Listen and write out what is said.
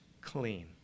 clean